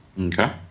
Okay